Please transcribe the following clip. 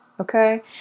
okay